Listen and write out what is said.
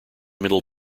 middle